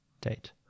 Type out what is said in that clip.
date